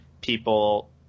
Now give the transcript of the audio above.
people